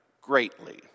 greatly